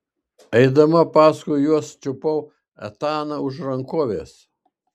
eidama paskui juos čiupau etaną už rankovės